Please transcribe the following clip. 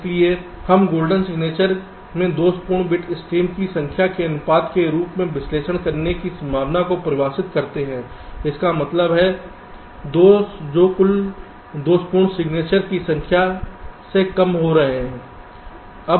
इसलिए हम golden signature में दोषपूर्ण बिट स्ट्रीम की संख्या के अनुपात के रूप में विश्लेषण करने की संभावना को परिभाषित करते हैं इसका मतलब है दोष जो कुल दोषपूर्ण सिग्नेचर की संख्या से कम हो रहे हैं